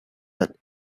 that